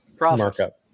markup